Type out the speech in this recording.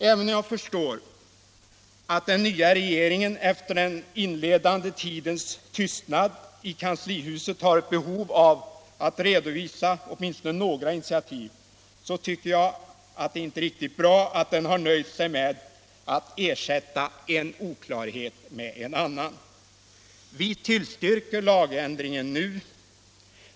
Även om jag förstår att den nya regeringen efter den inledande tidens tystnad i kanslihuset har ett behov av att redovisa åtminstone några initiativ, så tycker jag att det inte är riktigt bra att den har nöjt sig med att ersätta en oklarhet med en annan. Vi tillstyrker lagändringen nu.